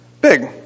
big